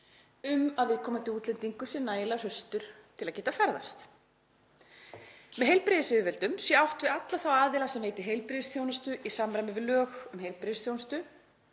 um að viðkomandi útlendingur sé nægilega hraustur til að geta ferðast. Með heilbrigðisyfirvöldum sé átt við alla þá aðila sem veiti heilbrigðisþjónustu í samræmi við lög um heilbrigðisþjónustu,